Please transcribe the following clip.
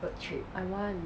I want